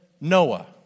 Noah